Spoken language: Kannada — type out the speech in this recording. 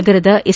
ನಗರದ ಎಸ್